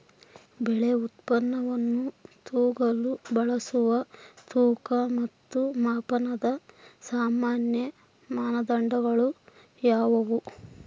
ಬೆಳೆ ಉತ್ಪನ್ನವನ್ನು ತೂಗಲು ಬಳಸುವ ತೂಕ ಮತ್ತು ಮಾಪನದ ಸಾಮಾನ್ಯ ಮಾನದಂಡಗಳು ಯಾವುವು?